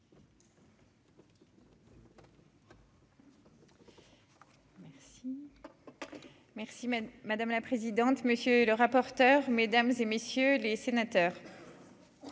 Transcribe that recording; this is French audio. mène, madame la présidente, monsieur le rapporteur, mesdames et messieurs les sénateurs,